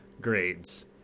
grades